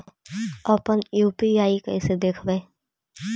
अपन यु.पी.आई कैसे देखबै?